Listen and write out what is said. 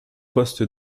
poste